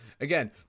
again